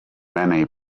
many